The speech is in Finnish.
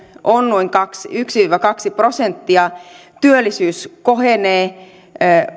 on noin yksi viiva kaksi prosenttia työllisyys kohenee